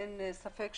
אין ספק,